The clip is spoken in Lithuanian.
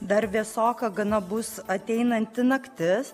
dar vėsoka gana bus ateinanti naktis